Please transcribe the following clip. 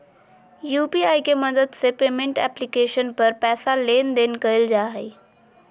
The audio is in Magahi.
यु.पी.आई के मदद से पेमेंट एप्लीकेशन पर पैसा लेन देन कइल जा हइ